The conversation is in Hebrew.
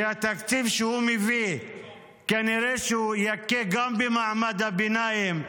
שהתקציב שהוא מביא כנראה שהוא יכה גם במעמד הביניים,